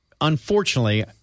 unfortunately –